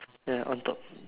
ya on top